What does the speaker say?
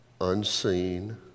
unseen